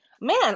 man